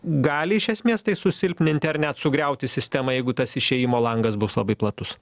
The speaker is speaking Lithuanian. gali iš esmės tai susilpninti ar net sugriauti sistemą jeigu tas išėjimo langas bus labai platus